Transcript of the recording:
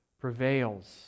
prevails